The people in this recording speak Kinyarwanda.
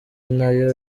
nayo